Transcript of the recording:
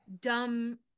dumb